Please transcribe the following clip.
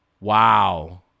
Wow